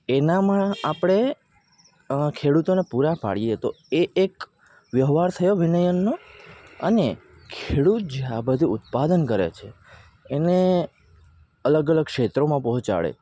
એનામાં આપણે ખેડૂતોને પૂરા પાડીએ તો એ એક વ્યવહાર થયો કે નહીં એમનો અને ખેડૂત જે આ બધું ઉત્પાદન કરે છે એને અલગ અલગ ક્ષેત્રોમાં પહોંચાડે